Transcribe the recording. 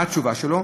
מה התשובה שלו?